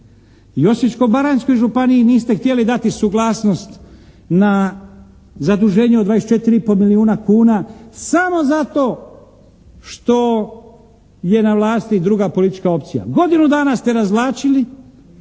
Osječko-baranjskoj županiji niste htjeli dati suglasnost na zaduženje od 24 i pol milijuna kuna samo zato što je na vlasti druga politička opcija.